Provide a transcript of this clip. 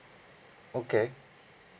okay